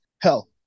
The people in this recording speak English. Hell